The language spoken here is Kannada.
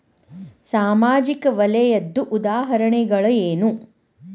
ಸಾಮಾಜಿಕ ವಲಯದ್ದು ಉದಾಹರಣೆಗಳೇನು?